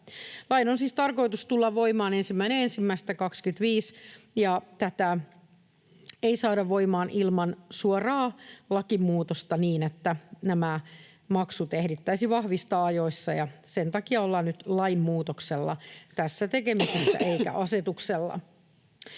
Lain on siis tarkoitus tulla voimaan 1.1.2025, ja tätä ei saada voimaan ilman suoraa lakimuutosta niin, että nämä maksut ehdittäisiin vahvistaa ajoissa, ja sen takia ollaan nyt lainmuutoksella eikä asetuksella